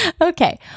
Okay